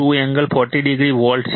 2 angle 40o volt છે